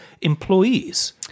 employees